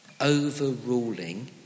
Overruling